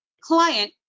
client